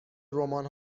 رمان